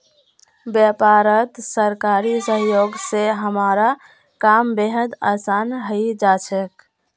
व्यापारत सरकारी सहयोग स हमारा काम बेहद आसान हइ जा छेक